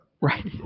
Right